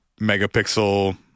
megapixel